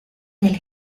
del